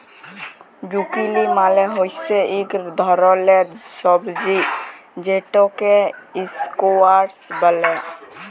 zucchini মালে হচ্যে ইক ধরলের সবজি যেটকে ইসকোয়াস ব্যলে